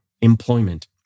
employment